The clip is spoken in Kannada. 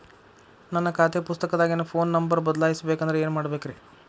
ನನ್ನ ಖಾತೆ ಪುಸ್ತಕದಾಗಿನ ಫೋನ್ ನಂಬರ್ ಬದಲಾಯಿಸ ಬೇಕಂದ್ರ ಏನ್ ಮಾಡ ಬೇಕ್ರಿ?